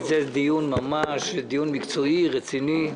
זה דיון ממש מקצועי ורציני.